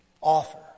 Offer